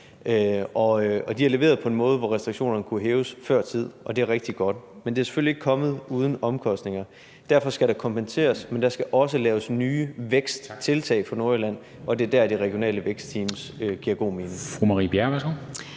de har leveret på en måde, hvor restriktionerne kunne hæves før tid, og det er rigtig godt. Men det er selvfølgelig ikke kommet uden omkostninger. Derfor skal der kompenseres, men der skal også laves nye væksttiltag for Nordjylland, og det er dér, det regionale vækstteam giver god mening.